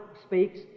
speaks